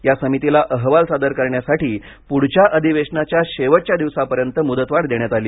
या समितीला अहवाल सादर करण्यासाठी प्ढच्या अधिवेशनाच्या शेवटच्या दिवसापर्यंत मुदतवाढ देण्यात आली